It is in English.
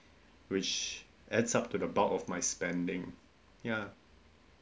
which ends up to the bound of my spending ya